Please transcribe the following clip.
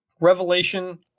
Revelation